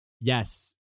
yes